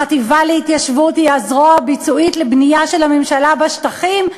החטיבה להתיישבות היא הזרוע הביצועית לבנייה של הממשלה בשטחים,